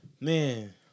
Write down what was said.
Man